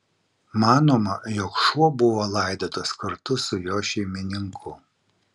manoma jog šuo buvo laidotas kartu su jo šeimininku